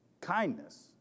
kindness